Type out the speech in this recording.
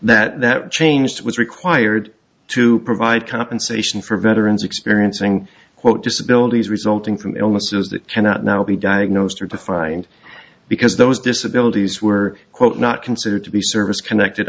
that that changed was required to provide compensation for veterans experiencing quote disability resulting from illnesses that cannot now be diagnosed or defined because those disabilities were quote not considered to be service connected